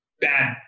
bad